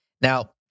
Now